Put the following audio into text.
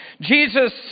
Jesus